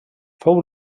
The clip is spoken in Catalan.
fou